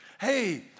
Hey